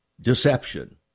deception